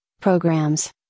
programs